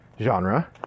genre